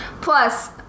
Plus